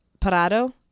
Parado